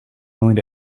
willing